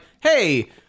hey